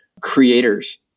creators